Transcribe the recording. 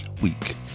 week